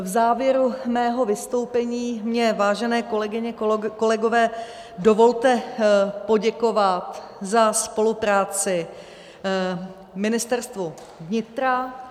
V závěru mého vystoupení mně, vážené kolegyně, kolegové, dovolte poděkovat za spolupráci Ministerstvu vnitra.